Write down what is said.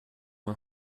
uma